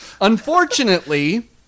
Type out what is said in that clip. unfortunately